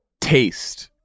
taste